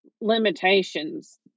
limitations